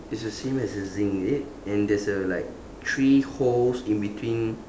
it's the same as the zinc is it and there's a like three holes in between